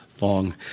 long